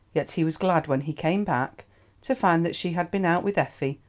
yet he was glad when he came back to find that she had been out with effie,